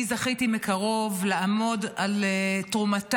אני זכיתי לעמוד מקרוב על תרומתם